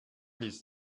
his